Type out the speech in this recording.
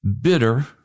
bitter